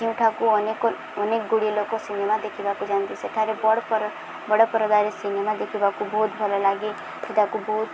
ଯେଉଁଠାକୁ ଅନେକ ଅନେକ ଗୁଡ଼ିଏ ଲୋକ ସିନେମା ଦେଖିବାକୁ ଯାଆନ୍ତି ସେଠାରେ ବଡ଼ ବଡ଼ ପରଦାରେ ସିନେମା ଦେଖିବାକୁ ବହୁତ ଭଲ ଲାଗେ ସେ ତାକୁ ବହୁତ